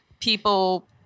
People